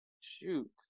shoot